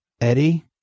Eddie